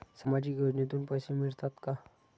सामाजिक योजनेतून पैसे मिळतात का?